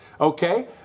Okay